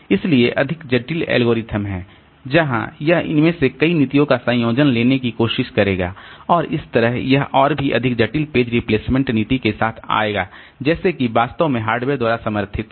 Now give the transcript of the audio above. इसलिए अधिक जटिल एल्गोरिथ्म हैं जहां यह इनमें से कई नीतियों का संयोजन लेने की कोशिश करेगा और इस तरह यह और भी अधिक जटिल पेज रिप्लेसमेंट नीति के साथ आएगा जैसे कि वास्तव में हार्डवेयर द्वारा समर्थित हैं